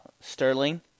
Sterling